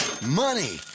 Money